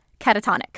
catatonic